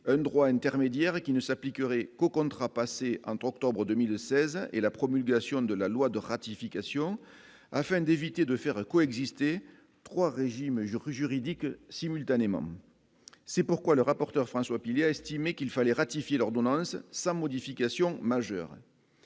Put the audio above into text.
un droit intermédiaires qui ne s'appliquerait qu'aux contrats passés entre octobre 2016 et la promulgation de la loi de ratification afin d'éviter de faire un coup exister 3 régimes mesures juridiques simultanément, c'est pourquoi le rapporteur François Pillet a estimé qu'il fallait ratifier l'ordonnance sa modification majeure.